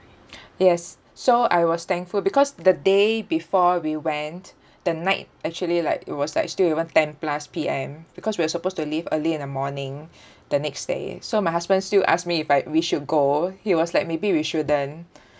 yes so I was thankful because the day before we went the night actually like it was like still even ten plus P_M because we're supposed to leave early in the morning the next day so my husband still ask me if I we shall go he was like maybe we shouldn't